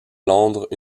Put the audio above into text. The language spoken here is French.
londres